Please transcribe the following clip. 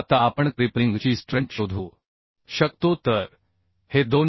आता आपण क्रिपलिंग ची स्ट्रेंट शोधू शकतो तर हे 261